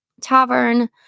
tavern